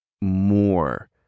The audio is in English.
more